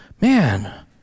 Man